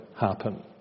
happen